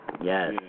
Yes